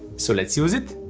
so let's use it